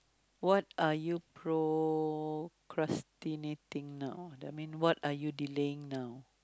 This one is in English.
what are you procrastinating now that mean what are you delaying now